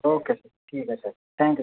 okay ठीक आहे sir thank you